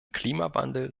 klimawandel